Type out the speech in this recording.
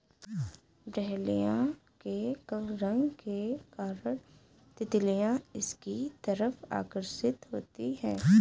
dahlia के रंग के कारण तितलियां इसकी तरफ आकर्षित होती हैं